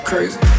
Crazy